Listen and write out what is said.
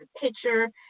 picture